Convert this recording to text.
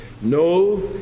no